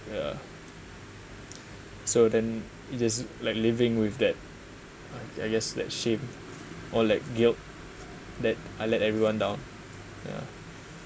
ya so then it is like living with that uh I guess that shame or like guilt that I let everyone down ya